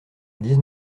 dix